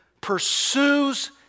pursues